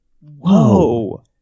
Whoa